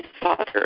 Father